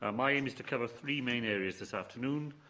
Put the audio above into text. ah my aim is to cover three main areas this afternoon.